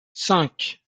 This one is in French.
cinq